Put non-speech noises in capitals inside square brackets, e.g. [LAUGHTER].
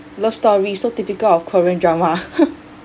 love story so typical of korean drama [LAUGHS]